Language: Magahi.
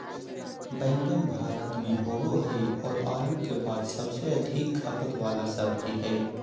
बैंगन भारत में होबो हइ और आलू के बाद सबसे अधिक खपत वाला सब्जी हइ